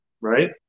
right